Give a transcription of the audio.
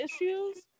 issues